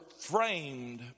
framed